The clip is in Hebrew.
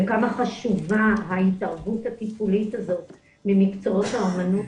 וכמה חשובה ההתערבות הטיפולית הזאת ממקצועות האומנות